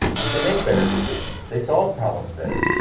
that they make better decisions, they solve problems better,